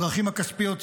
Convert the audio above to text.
הדרכים הכספיות,